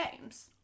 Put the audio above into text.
games